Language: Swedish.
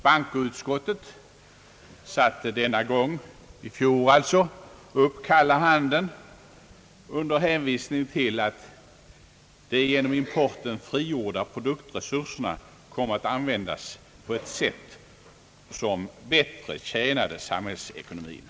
Bankoutskottet satte i fjol upp kalla handen under hänvisning till att de genom importen frigjorda produktresurserna kunde användas på ett sätt som bättre tjänade samhällsekonomin.